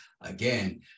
again